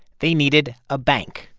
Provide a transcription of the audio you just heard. they needed a bank.